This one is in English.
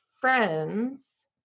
friends